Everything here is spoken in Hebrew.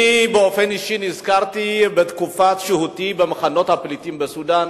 אני באופן אישי נזכרתי בתקופת שהותי במחנות הפליטים בסודן.